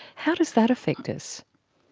how does that affect us?